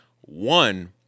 One